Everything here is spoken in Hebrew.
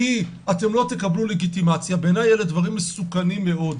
כי אתם לא תקבלו לגיטימציה בעיניי אלה דברים מסוכנים מאוד.